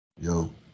Yo